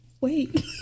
wait